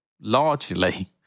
largely